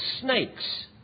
snakes